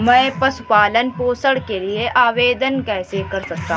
मैं पशु पालन पोषण के लिए आवेदन कैसे कर सकता हूँ?